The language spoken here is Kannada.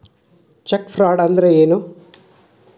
ಚೆಕ್ ಫ್ರಾಡ್ ಅಂದ್ರ ಏನು?